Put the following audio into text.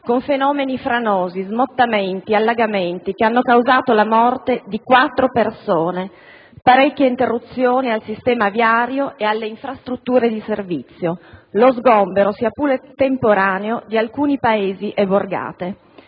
con fenomeni franosi, smottamenti ed allagamenti che hanno causato la morte di quattro persone, parecchie interruzioni al sistema viario ed alle infrastrutture di servizio, lo sgombero, sia pure solo temporaneo, di alcuni paesi e borgate.